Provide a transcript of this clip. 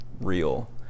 real